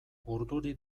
urduri